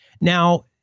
Now